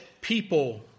people